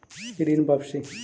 ऋण वापसी?